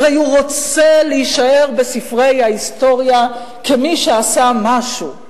הרי הוא רוצה להישאר בספרי ההיסטוריה כמי שעשה משהו.